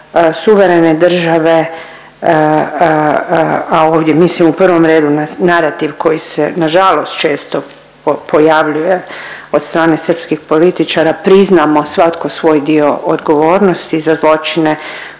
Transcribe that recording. suverene države, a ovdje mislim u prvom redu na narativ koji se nažalost često pojavljuje od strane srpskih političara priznamo svatko svoj dio odgovornosti za zločine